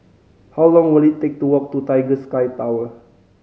how long will it take to walk to Tiger Sky Tower